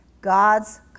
God's